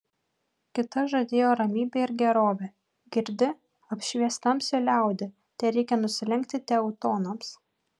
kita žadėjo ramybę ir gerovę girdi apšvies tamsią liaudį tereikia nusilenkti teutonams